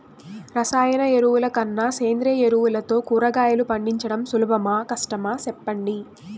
రసాయన ఎరువుల కన్నా సేంద్రియ ఎరువులతో కూరగాయలు పండించడం సులభమా కష్టమా సెప్పండి